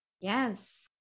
Yes